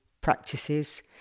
practices